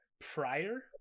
prior